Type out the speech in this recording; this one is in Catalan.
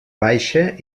baixa